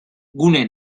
gune